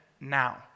now